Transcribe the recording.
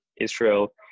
Israel